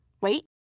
Wait